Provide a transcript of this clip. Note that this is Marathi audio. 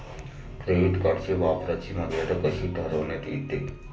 क्रेडिट कार्डच्या वापराची मर्यादा कशी ठरविण्यात येते?